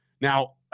Now